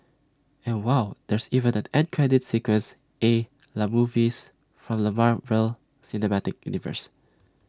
and wow there's even an end credit sequence A la movies from the Marvel cinematic universe